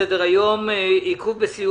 אנחנו עוברים לסעיף הבא בסדר היום: עיכוב בסיוע